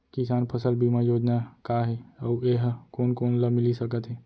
किसान फसल बीमा योजना का हे अऊ ए हा कोन कोन ला मिलिस सकत हे?